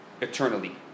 eternally